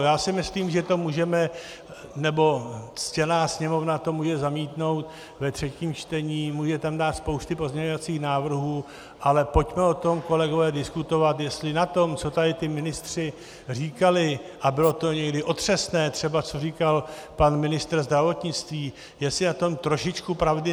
Já si myslím, že to můžeme, nebo ctěná Sněmovna to může zamítnout ve třetím čtení, může tam dát spousty pozměňovacích návrhů, ale pojďme o tom, kolegové, diskutovat, jestli na tom, co tady ti ministři říkali, a bylo to někdy otřesné, třeba co říkal pan ministr zdravotnictví, jestli na tom není trošičku pravdy.